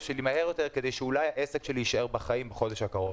שלי מהר יותר כדי שאולי העסק שלי יישאר בחיים בחודש הקרוב?